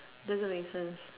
doesn't make sense